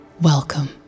Welcome